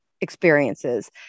experiences